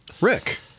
rick